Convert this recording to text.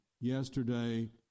yesterday